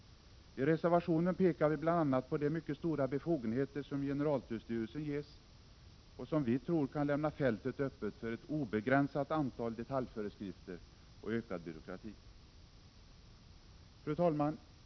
I reservationen pekar vi bl.a. på de mycket stora befogenheter som generaltullstyrelsen ges och som vi tror kan lämna fältet öppet för ett obegränsat antal detaljföreskrifter och ökad byråkrati. 59 Fru talman!